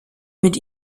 mit